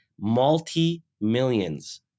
Multi-millions